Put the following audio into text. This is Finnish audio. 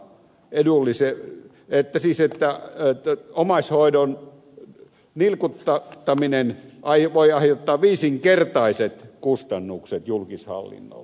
edullisia että omaishoidon nilkuttaminen voi aiheuttaa viisinkertaiset kustannukset julkishallinnolle